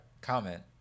comment